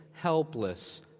helpless